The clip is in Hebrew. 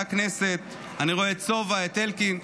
אני רואה את סובה, את אלקין.